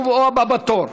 הוא הבא בתור.